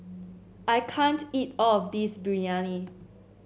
I can't eat all of this Biryani